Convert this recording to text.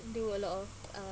do a lot of uh